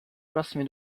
prossimi